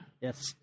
Yes